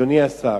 אדוני השר,